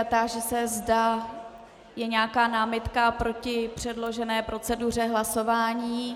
Táži se, zda je nějaká námitka proti předložené proceduře hlasování.